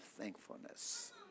thankfulness